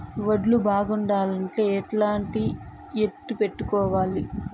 వడ్లు బాగుండాలంటే ఎట్లా ఎత్తిపెట్టుకోవాలి?